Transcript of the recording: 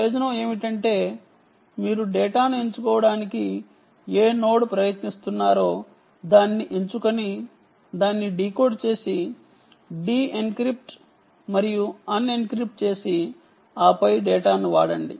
ప్రయోజనం ఏమిటంటే మీరు డేటాను ఎంచుకోవడానికి ఏ నోడ్ ప్రయత్నిస్తున్నారో దాన్ని ఎంచుకొని దాన్ని డీకోడ్ చేసి డిఎన్క్రిప్ట్క్రిప్ట్ మరియు అన్ఎన్క్రిప్ట్ చేసి ఆపై డేటాను వాడండి